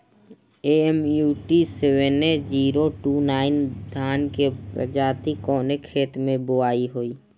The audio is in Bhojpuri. MUT seven zero two nine धान के प्रजाति कवने खेत मै बोआई होई?